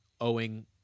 owing